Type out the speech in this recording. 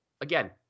Again